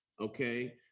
Okay